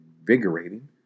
invigorating